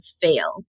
fail